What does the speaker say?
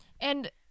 And-